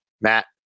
Matt